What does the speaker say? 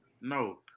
no